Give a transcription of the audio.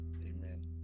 amen